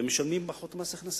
הן משלמות פחות מס הכנסה.